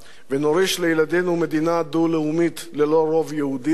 ונוריש לילדינו מדינה דו-לאומית ללא רוב יהודי,